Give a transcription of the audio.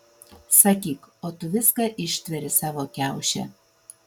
sakyk o tu viską ištveri savo kiauše